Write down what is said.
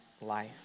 life